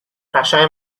قشنگ